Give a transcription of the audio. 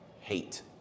hate